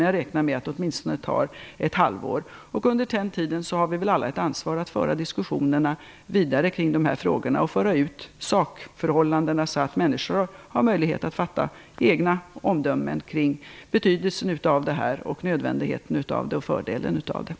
Jag räknar med åtminstone ett halvår. Under tiden har vi alla ett ansvar för att föra diskussionen vidare i dessa frågor och föra ut sakförhållandena så att människor kan fatta egna omdömen kring betydelsen, nödvändigheten och fördelen med detta.